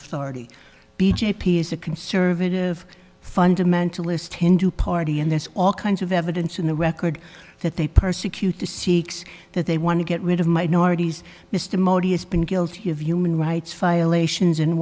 authority b j p is a conservative fundamentalist hindu party and there's all kinds of evidence in the record that they persecute the sikhs that they want to get rid of minorities mr modi has been guilty of human rights violations